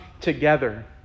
together